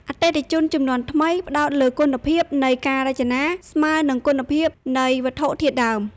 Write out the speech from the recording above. អតិថិជនជំនាន់ថ្មីផ្ដោតលើគុណភាពនៃ "ការរចនា" ស្មើនឹងគុណភាពនៃ "វត្ថុធាតុដើម"។